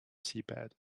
seabed